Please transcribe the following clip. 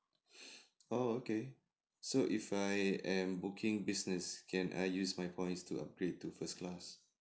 oh okay so if I am booking business can I use my points to upgrade to first class